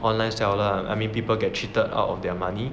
online seller I mean people get cheated out of their money